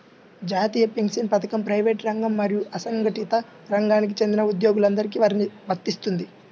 జాతీయ పెన్షన్ పథకం ప్రైవేటు రంగం మరియు అసంఘటిత రంగానికి చెందిన ఉద్యోగులందరికీ వర్తిస్తుంది